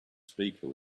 speaker